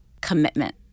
commitment